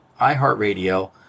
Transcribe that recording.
iHeartRadio